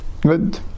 good